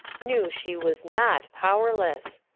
knew she was not powerless.